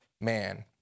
man